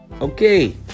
okay